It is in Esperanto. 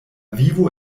vivo